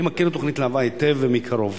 אני מכיר את תוכנית להב"ה היטב ומקרוב,